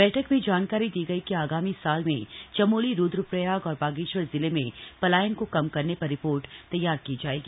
बैठक में जानकारी दी गई कि आगामी साल में चमोली रूद्रप्रयाग और बागेश्वर जिले में पलायन को कम करने पर रिपोर्ट तैयार की जायेगी